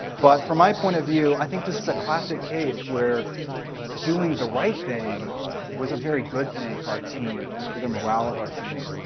but from my point of view, i think this is a classic case where doing the right thing was a very good thing for our team and for the morale of our team.